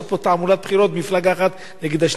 פה תעמולת בחירות מפלגה אחת נגד השנייה,